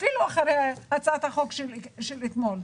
אפילו אחרי הצעת החוק של אתמול,